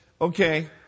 okay